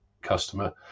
customer